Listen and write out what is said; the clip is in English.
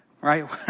Right